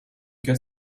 get